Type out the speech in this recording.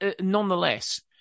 nonetheless